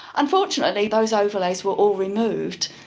unfortunately those overlays were all removed,